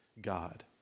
God